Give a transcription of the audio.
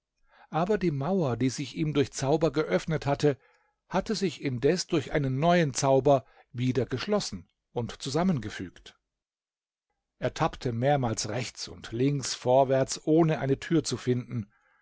aber die mauer die sich ihm durch zauber geöffnet hatte hatte sich indes durch einen neuen zauber wieder geschlossen und zusammengefügt er tappte mehrmals rechts und links vorwärts ohne eine tür zu finden